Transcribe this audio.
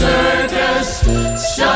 Circus